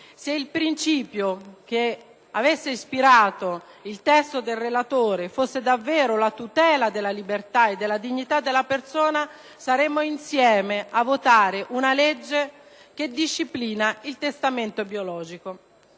Se il principio che avesse ispirato il testo del relatore fosse stato davvero quello della tutela della libertà e della dignità della persona, ci troveremmo qui a votare insieme una legge che disciplina il testamento biologico.